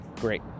great